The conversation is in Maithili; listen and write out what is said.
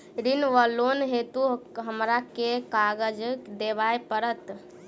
ऋण वा लोन हेतु हमरा केँ कागज देबै पड़त?